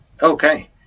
Okay